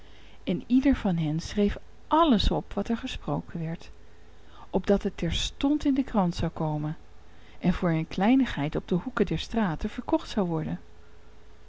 en ieder van hen schreef alles op wat er gesproken werd opdat het terstond in de krant zou komen en voor een kleinigheid op de hoeken der straten verkocht worden